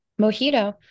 mojito